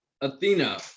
Athena